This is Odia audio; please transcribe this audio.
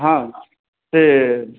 ହଁ ସେ